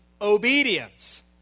obedience